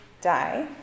die